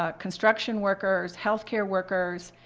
ah construction workers, health care workers,